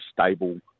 stable